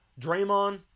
draymond